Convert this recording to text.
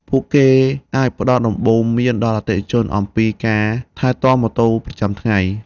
ពួកគេអាចផ្តល់ដំបូន្មានដល់អតិថិជនអំពីការថែទាំម៉ូតូប្រចាំថ្ងៃ។